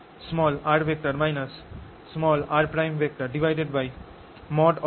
r r